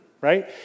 right